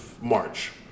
March